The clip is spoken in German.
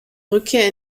rückkehr